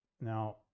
Now